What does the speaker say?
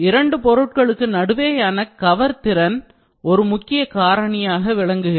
இரண்டு பொருட்களுக்கு நடுவேயான கவர் திறன் affinity ஒரு முக்கிய காரணியாக விளங்குகிறது